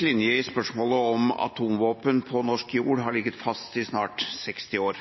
linje i spørsmålet om atomvåpen på norsk jord har ligget fast i snart 60 år.